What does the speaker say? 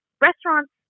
restaurants